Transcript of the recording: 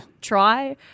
try